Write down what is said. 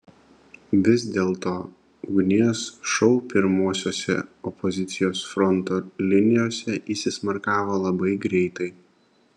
vis dėlto ugnies šou pirmosiose opozicijos fronto linijose įsismarkavo labai greitai